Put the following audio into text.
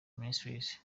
ministries